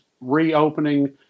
reopening